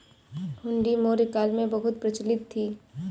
हुंडी मौर्य काल में बहुत प्रचलित थी